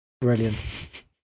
brilliant